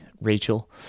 Rachel